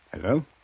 Hello